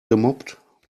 gemobbt